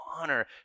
honor